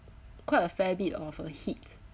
quite a fair bit of a heat